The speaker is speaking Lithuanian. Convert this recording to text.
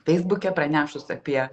feisbuke pranešus apie